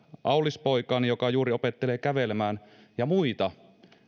aulis poikaani joka juuri opettelee kävelemään ja muita